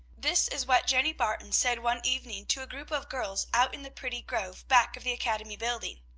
this is what jenny barton said one evening to a group of girls out in the pretty grove back of the academy building.